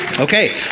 Okay